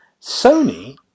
Sony